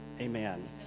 Amen